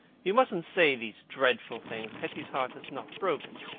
you mustn't say these dreadful things. hetty's heart is not broken.